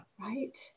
right